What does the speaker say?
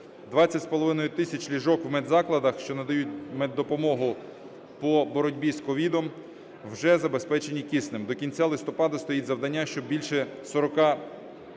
20,5 тисяч ліжок у медзакладах, що надають допомогу по боротьбі з COVID, вже забезпечені киснем. До кінця листопада стоїть завдання, щоб більше 42 тисяч